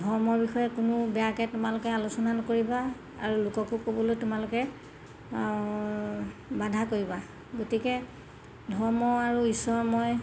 ধৰ্মৰ বিষয়ে কোনো বেয়াকৈ তোমালোকে আলোচনা নকৰিবা আৰু লোককো ক'বলৈ তোমালোকে বাধা কৰিবা গতিকে ধৰ্ম আৰু ঈশ্বৰ মই